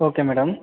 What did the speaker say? okay madam